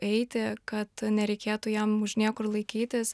eiti kad nereikėtų jam už niekur laikytis